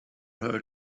her